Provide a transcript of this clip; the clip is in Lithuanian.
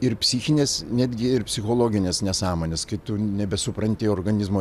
ir psichinės netgi ir psichologinės nesąmonės kai tu nebesupranti organizmo